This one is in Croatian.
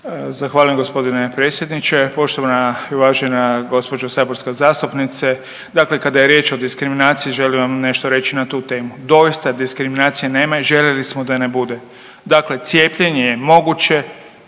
Zahvaljujem g. predsjedniče. Poštovana i uvažena gospođo saborska zastupnice. Dakle, kada je riječ o diskriminaciji želim vam nešto reći na tu temu, doista diskriminacije nema i željeli smo da je ne bude. Dakle, cijepljenje je moguće,